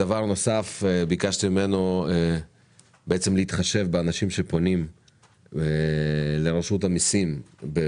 ביקשתי ממנו להתחשב באנשים שפונים לרשות המסים עם